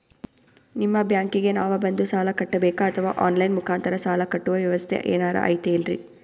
ನಿಮ್ಮ ಬ್ಯಾಂಕಿಗೆ ನಾವ ಬಂದು ಸಾಲ ಕಟ್ಟಬೇಕಾ ಅಥವಾ ಆನ್ ಲೈನ್ ಮುಖಾಂತರ ಸಾಲ ಕಟ್ಟುವ ವ್ಯೆವಸ್ಥೆ ಏನಾರ ಐತೇನ್ರಿ?